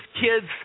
kids